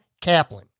Kaplan